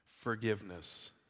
forgiveness